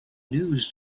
news